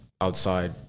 outside